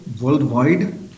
worldwide